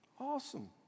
Awesome